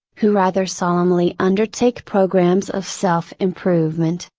who rather solemnly undertake programs of self improvement,